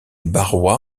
barrois